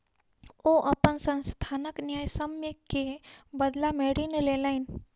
ओ अपन संस्थानक न्यायसम्य के बदला में ऋण लेलैन